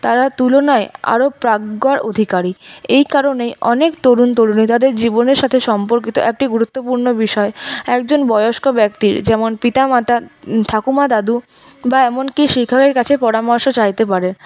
তুলনায় আরও প্রাজ্ঞর অধিকারী এই কারণেই অনেক তরুণ তরুণী তাদের জীবনের সাথে সম্পর্কিত একটি গুরুত্বপূর্ণ বিষয় একজন বয়স্ক ব্যক্তির যেমন পিতা মাতা ঠাকুমা দাদু বা এমনকি শিক্ষকের কাছে পরামর্শ চাইতে পারে